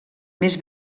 més